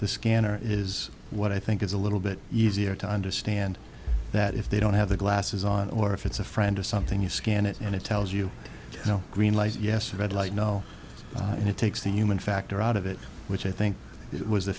the scanner is what i think is a little bit easier to understand that if they don't have the glasses on or if it's a friend or something you scan it and it tells you you know green lights yes red light no and it takes the human factor out of it which i think it was